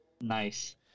Nice